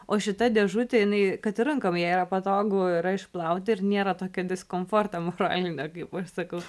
o šita dėžutė jinai kad ir rankom ją yra patogu yra išplauti ir nėra tokio diskomforto moralinio kaip aš sakau